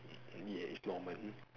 really eh it's normal